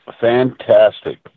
Fantastic